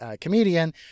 comedian